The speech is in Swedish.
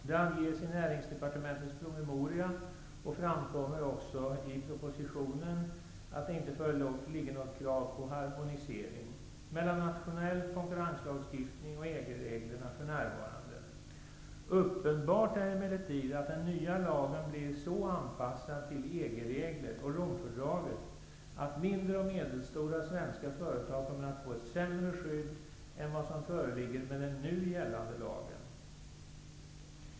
Det anges i Näringsdepartementets promemoria och framkommer också i propositionen att det icke föreligger något krav på harmonisering mellan nationell konkurrenslagstiftning och EG reglerna -- för närvarande. Uppenbart är emellertid att den nya lagen blir så anpassad till EG-regler och Romfördraget att mindre och medelstora svenska företag kommer att få ett sämre skydd än vad som föreligger med den nu gällande lagen.